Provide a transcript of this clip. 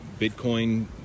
Bitcoin